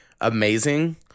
amazing